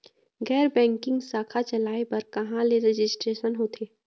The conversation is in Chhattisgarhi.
गैर बैंकिंग शाखा चलाए बर कहां ले रजिस्ट्रेशन होथे?